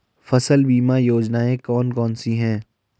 फसल बीमा योजनाएँ कौन कौनसी हैं?